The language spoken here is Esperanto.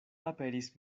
aperis